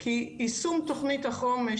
כי יישום תוכנית החומש,